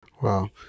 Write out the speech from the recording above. Wow